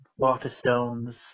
waterstones